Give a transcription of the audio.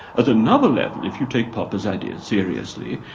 at another level, if you take popper's idea seriously,